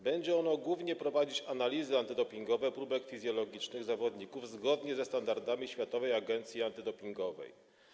Będzie ono głównie prowadzić analizy antydopingowe próbek fizjologicznych zawodników zgodnie ze standardami Światowej Agencji Antydopingowej.